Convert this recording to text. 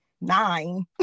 nine